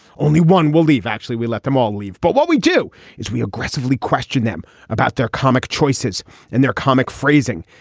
only one will leave. actually we let them all leave. but what we do is we aggressively question them about their comic choices and their comic phrasing.